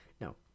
No